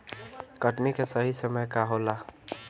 कटनी के सही समय का होला?